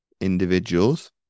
individuals